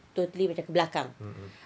totally macam ke belakang